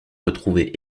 retrouvée